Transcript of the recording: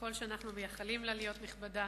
ככל שאנחנו מייחלים לה להיות נכבדה,